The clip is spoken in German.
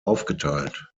aufgeteilt